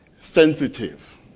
sensitive